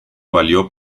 valió